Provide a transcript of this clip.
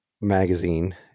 magazine